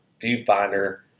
viewfinder